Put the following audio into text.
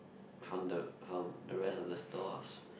from the from the rest of the stalls